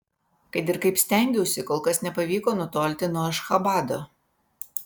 kad ir kaip stengiausi kol kas nepavyko nutolti nuo ašchabado